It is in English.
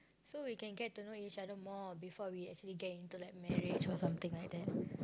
so we can get to know each other more or before we actually get into like marriage or something like that